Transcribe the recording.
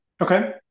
Okay